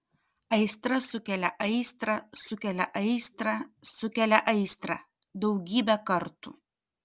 aistra sukelia aistrą sukelia aistrą sukelia aistrą daugybę kartų